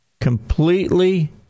completely